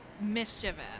mischievous